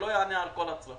אבל זה לא יענה על כל הצרכים.